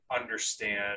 understand